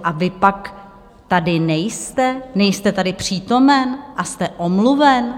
A vy pak tady nejste, nejste tady přítomen a jste omluven?